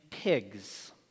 pigs